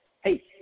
hey